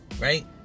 right